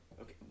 Okay